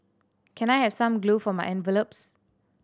can I have some glue for my envelopes